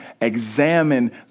examine